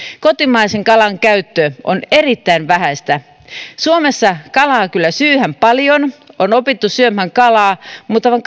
kotimaisen kalan käyttö on erittäin vähäistä suomessa kalaa kyllä syödään paljon on opittu syömään kalaa mutta vain